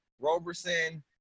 Roberson